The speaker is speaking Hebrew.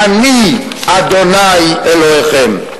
אני ה' אלוקיכם.